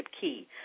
key